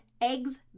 eggs